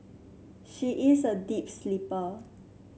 she is a deep sleeper